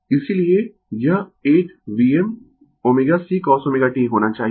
इसीलिए यह एक Vmω C cosωt होना चाहिए